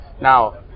Now